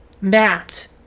matt